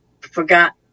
forgot